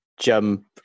jump